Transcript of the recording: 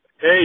Hey